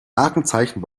markenzeichen